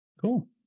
cool